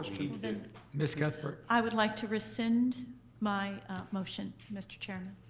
then ms. cuthbert? i would like to rescind my motion, mr. chairman.